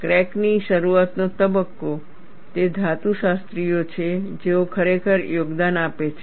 crack ની શરૂઆતનો તબક્કો તે ધાતુશાસ્ત્રીઓ છે જેઓ ખરેખર યોગદાન આપે છે